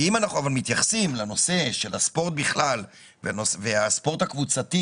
אם אנחנו מתייחסים לנושא של הספורט בכלל והספורט הקבוצתי